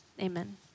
Amen